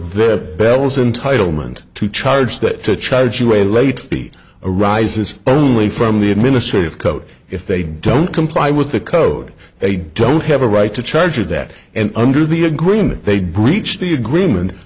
vet belsen title meant to charge that to charge you a late fee arises only from the administrative code if they don't comply with the code they don't have a right to charge a debt and under the agreement they breached the agreement